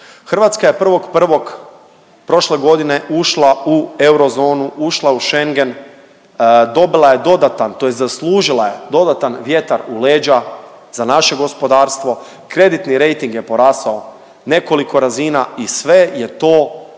Hrvatska je 1.1. prošle godine ušla u eurozonu, ušla u Schengen, dobila je dodatan tj. zaslužila je dodatan vjetar u leđa za naše gospodarstvo, kreditni rejting je porastao nekoliko razina i sve je to